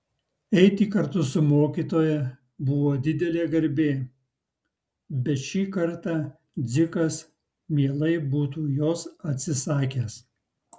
eiti kartu su mokytoja buvo didelė garbė bet šį kartą dzikas mielai būtų jos atsisakęs